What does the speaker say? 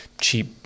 cheap